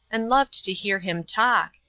and loved to hear him talk,